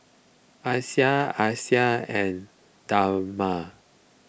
Aisyah Aisyah and Damia